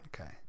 Okay